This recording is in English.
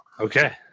Okay